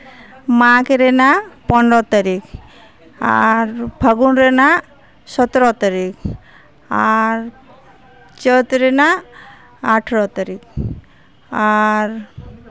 ᱢᱟᱜᱽ ᱨᱮᱱᱟᱜ ᱯᱚᱱᱨᱚ ᱛᱟᱹᱨᱤᱠᱷ ᱟᱨ ᱯᱷᱟᱹᱜᱩᱱ ᱨᱮᱱᱟᱜ ᱥᱚᱛᱨᱚ ᱛᱟᱹᱨᱤᱠᱷ ᱟᱨ ᱪᱟᱹᱛ ᱨᱮᱱᱟᱜ ᱟᱴᱷᱨᱚ ᱛᱟᱹᱨᱤᱠᱷ ᱟᱨ